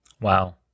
wow